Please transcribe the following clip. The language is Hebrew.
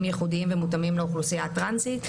ייחודיים ומותאמים לאוכלוסייה הטרנסית,